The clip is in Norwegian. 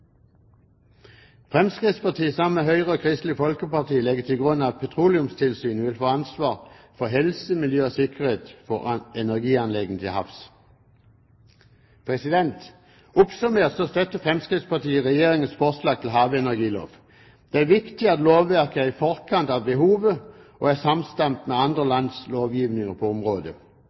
Fremskrittspartiet, sammen med Høyre og Kristelig Folkeparti, legger til grunn at Petroleumstilsynet vil få ansvar for helse, miljø og sikkerhet for energianleggene til havs. Oppsummert støtter Fremskrittspartiet Regjeringens forslag til havenergilov. Det er viktig at lovverket er i forkant av behovet, og er samstemt med andre lands lovgivninger på området.